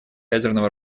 ядерного